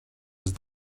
does